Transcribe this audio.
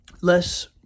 less